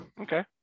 Okay